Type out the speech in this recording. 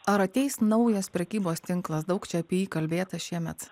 ar ateis naujas prekybos tinklas daug čia apie jį kalbėta šiemet